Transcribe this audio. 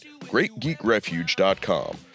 GreatGeekRefuge.com